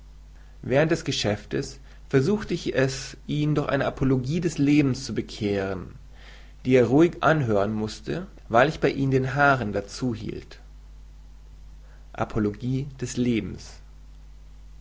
während des geschäftes versuchte ich es ihn durch eine apologie des lebens zu bekehren die er ruhig anhören mußte weil ich ihn bei den haaren dazu hielt apologie des lebens